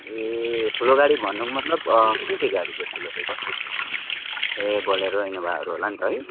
ए ठुलो गाडी भन्नुको मतलब कुन चाहिँ गाडी चाहिँ ठुलो चाहिँ कस्तो चाहिँ ए बोलेरो इनोभाहरू होला नि त है